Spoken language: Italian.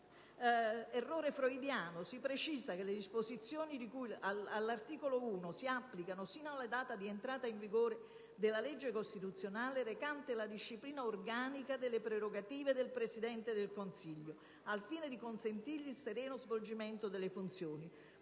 errore freudiano, si precisa che «le disposizioni di cui all'articolo 1 si applicano sino alla data di entrata in vigore della legge costituzionale recante la disciplina organica delle prerogative del Presidente del Consiglio», al fine di consentirgli «il sereno svolgimento delle funzioni»;